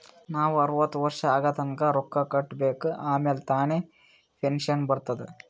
ನಾವ್ ಅರ್ವತ್ ವರ್ಷ ಆಗತನಾ ರೊಕ್ಕಾ ಕಟ್ಬೇಕ ಆಮ್ಯಾಲ ತಾನೆ ತಿಂಗಳಾ ಪೆನ್ಶನ್ ಬರ್ತುದ್